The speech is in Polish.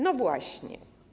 No właśnie.